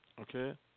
okay